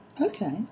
Okay